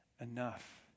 enough